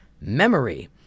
memory